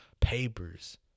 papers